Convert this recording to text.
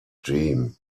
dream